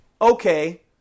okay